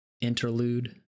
interlude